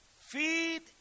Feed